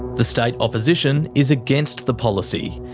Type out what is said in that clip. the state opposition is against the policy.